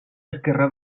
esquerre